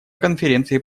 конференции